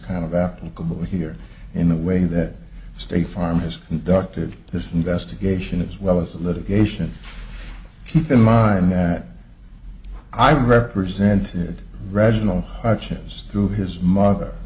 kind of applicable here in the way that state farm has doctored this investigation as well as a litigation keep in mind that i represented reginald hutchens through his mother